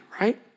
Right